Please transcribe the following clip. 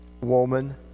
woman